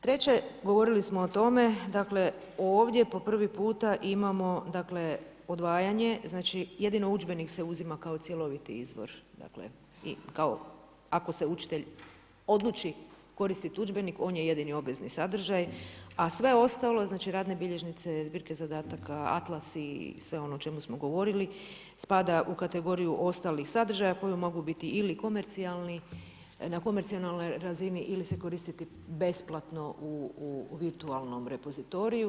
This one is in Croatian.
Treće, govorili smo o tome, dakle ovdje po prvi puta imamo odvajanje, jedino udžbenik se uzima kao cjeloviti izbor i ako se učitelj odluči koristit udžbenik on je jedini obvezni sadržaj, a sve ostalo, znači radne bilježnice, zbirke zadataka, atlasi, sve ono o čemu smo govorili, spada u kategoriju ostalih sadržaja koji mogu biti ili komercijalni, na komercijalnoj razini ili se koristiti besplatno u virtualnom repozitoriju.